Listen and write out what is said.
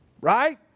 right